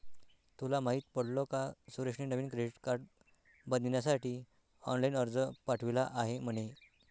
तुला माहित पडल का सुरेशने नवीन क्रेडीट कार्ड बनविण्यासाठी ऑनलाइन अर्ज पाठविला आहे म्हणे